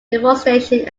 deforestation